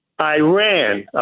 Iran